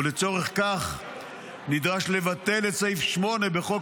ולצורך כך נדרש לבטל את סעיף 8 בחוק